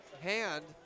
hand